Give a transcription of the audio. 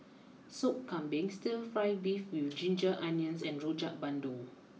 Sop Kambing Stir Fry Beef with Ginger Onions and Rojak Bandung